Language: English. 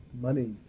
money